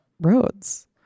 roads